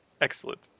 Excellent